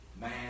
Man